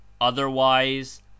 otherwise